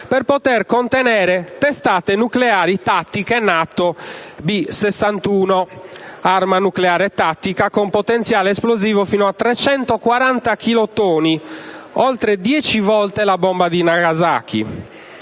per poter contenere testate nucleari tattiche NATO B61, arma nucleare tattica, con potenziale esplosivo fino a 340 chilotoni (oltre dieci volte la bomba di Nagasaki):